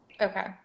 okay